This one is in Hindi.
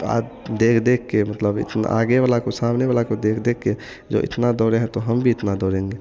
आद देख देखकर मतलब इतना आगे वाला सामने वाले को देख देखकर जो इतना दौड़े हैं तो हम भी इतना दौड़ेंगे